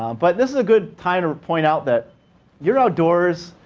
but this is a good time to point out that you're outdoors.